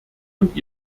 und